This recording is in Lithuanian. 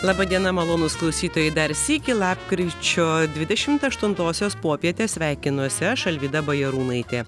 laba diena malonūs klausytojai dar sykį lapkričio dvidešimt aštuntosios popietę sveikinuosi aš alvyda bajarūnaitė